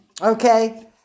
Okay